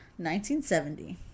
1970